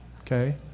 okay